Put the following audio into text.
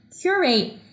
curate